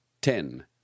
ten